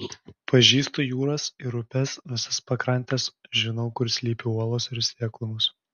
pažįstu jūras ir upes visas pakrantes žinau kur slypi uolos ir seklumos